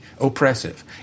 oppressive